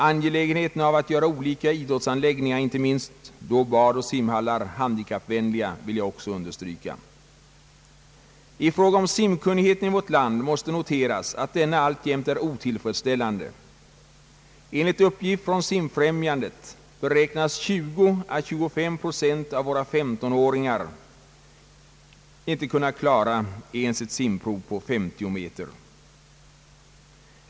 Angelägenheten av att göra olika idrottsanläggningar, inte minst då badoch simhallar, handikappvänliga vill jag också understryka. I fråga om simkunnigheten i vårt land måste noteras att denna alltjämt är otillfredsställande. Enligt uppgift från Simfrämjandet beräknas 20 å 25 procent av våra 15-åringar inte klara ett simprov på 50 meter.